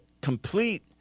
complete